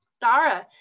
Dara